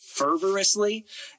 fervorously